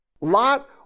Lot